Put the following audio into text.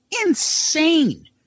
insane